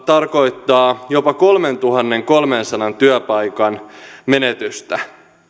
tarkoittaa jopa kolmentuhannenkolmensadan työpaikan menetystä